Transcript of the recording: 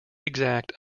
exact